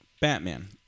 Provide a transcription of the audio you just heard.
Batman